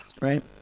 right